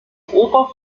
oper